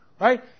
right